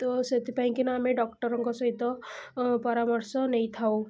ତ ସେଥିପାଇଁକିନା ଆମେ ଡକ୍ଟରଙ୍କ ସହିତ ପରାମର୍ଶ ନେଇଥାଉ